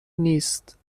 نیست